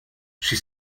she